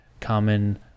common